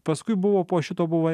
paskui buvo po šito buvo